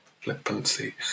Flippancy